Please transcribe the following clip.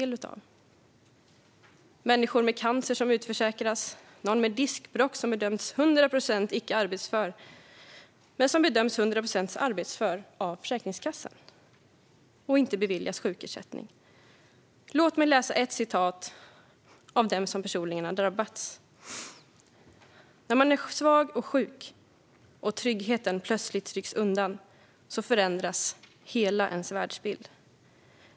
Det handlar om människor med cancer som utförsäkras eller att någon med diskbråck som bedömts som 100 procent icke arbetsför bedöms som 100 procent arbetsför av Försäkringskassan och inte beviljas sjukersättning. Låt mig citera någon som drabbats personligen: "När man är svag och sjuk, och tryggheten plötsligt rycks undan, så förändras hela ens världsbild.